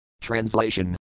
Translation